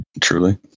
truly